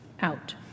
out